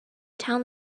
town